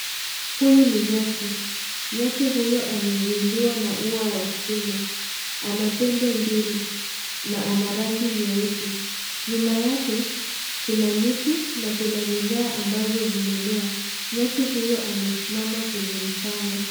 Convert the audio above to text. Huyu ni nyati. Nyati huyo amezuiliwa na au wa stima. Ana pembe mbili na ana rangi nyeusi. Nyuma yake, kuna miti na Kuna mimea ambazo zimemea. Nyati hiyo amesimama kwenye mchanga.